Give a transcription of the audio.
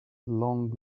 long